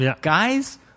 Guys